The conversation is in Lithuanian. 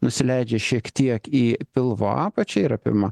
nusileidžia šiek tiek į pilvo apačią ir apima